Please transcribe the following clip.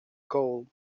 kool